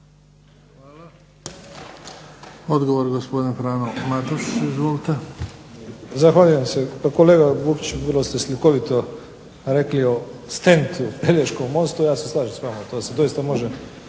Hvala. Odgovor, gospodin Frano Matušić. Izvolite. **Matušić, Frano (HDZ)** Zahvaljujem se. Kolega Vukić, vrlo ste slikovito rekli o stentu, Pelješkom mostu. Ja se slažem s vama, to se doista može